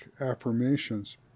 affirmations